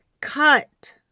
cut